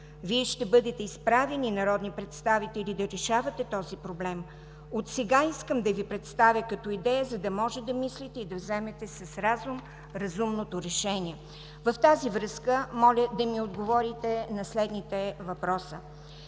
Вие ще бъдете изправени, народни представители, да решавате този проблем. От сега искам да Ви представя като идея, за да може да мислите и да вземете с разум разумното решение.“ В тази връзка моля да ни отговорите на следните въпроси: